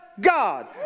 God